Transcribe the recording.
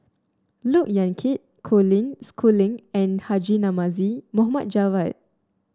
Look Yan Kit Colin Schooling and Haji Namazie Mohd Javad